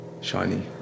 shiny